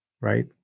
right